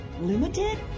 limited